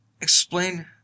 explain